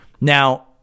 Now